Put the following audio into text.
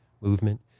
movement